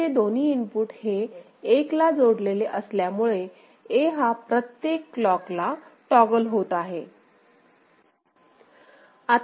A चे दोन्ही input हे एक ला जोडलेले असल्यामुळे A हा प्रत्येक क्लॉकला टॉगल होत आहे